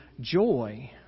joy